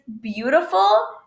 beautiful